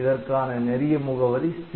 இதற்கான நெறிய முகவரி 'C'